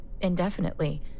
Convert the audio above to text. Indefinitely